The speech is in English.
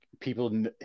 people